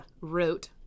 wrote